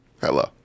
Hello